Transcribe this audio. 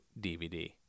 DVD